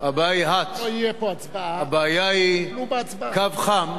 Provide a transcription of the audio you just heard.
הבעיה היא hot, הבעיה היא קו חם,